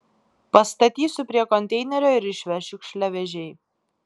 pastatysiu prie konteinerio ir išveš šiukšliavežiai